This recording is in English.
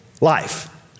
life